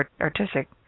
artistic